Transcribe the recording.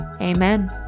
Amen